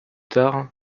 tard